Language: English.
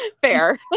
Fair